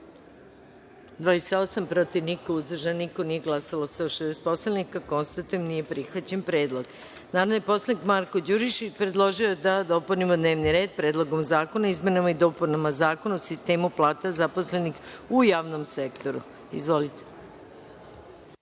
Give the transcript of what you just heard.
28, protiv – niko, uzdržanih- nema, nije glasalo – 160 poslanika. Konstatujem da nije prihvaćen predlog. Narodni poslanik Marko Đurišić predložio je da dopunimo Dnevni red Predlogom zakona o izmenama i dopunama Zakona o sistemu plata zaposlenih u javnom sektoru. Izvolite.